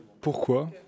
pourquoi